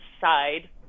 side